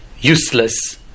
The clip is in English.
useless